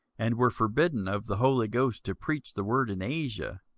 and were forbidden of the holy ghost to preach the word in asia,